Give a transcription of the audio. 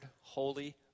holy